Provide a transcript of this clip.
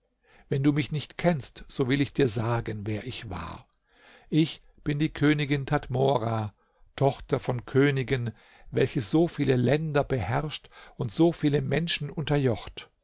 wenn du mich nicht kennst so will ich dir sagen wer ich war ich bin die königin tadmora tochter von königen welche so viele länder beherrscht und so viele menschen unterjocht